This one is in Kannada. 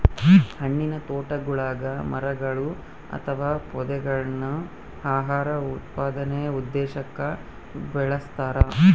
ಹಣ್ಣಿನತೋಟಗುಳಗ ಮರಗಳು ಅಥವಾ ಪೊದೆಗಳನ್ನು ಆಹಾರ ಉತ್ಪಾದನೆ ಉದ್ದೇಶಕ್ಕ ಬೆಳಸ್ತರ